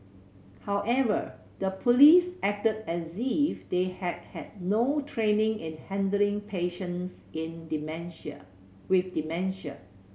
however the police acted as if they had had no training in handling patients in dementia with dementia